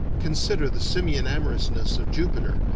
consider the simian amorousness of jupiter,